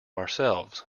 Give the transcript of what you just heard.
ourselves